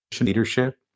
leadership